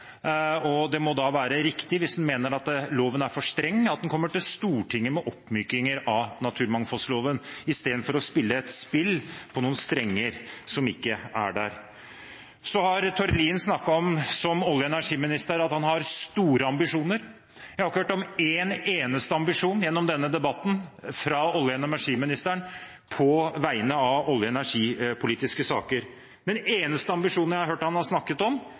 på. Det må da være riktig, hvis en mener at loven er for streng, at en kommer til Stortinget med oppmykinger av naturmangfoldloven i stedet for å spille på noen strenger som ikke er der. Så har Tord Lien som olje- og energiminister snakket om at han har store ambisjoner. Jeg har ikke hørt om én eneste ambisjon fra olje- og energiministeren i denne debatten på vegne av olje- og energipolitiske saker. Den eneste ambisjonen jeg har hørt ham snakke om,